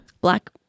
Black